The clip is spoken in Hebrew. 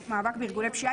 מאבק בארגוני פשיעה,